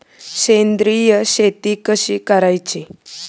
सेंद्रिय शेती कशी करायची?